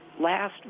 last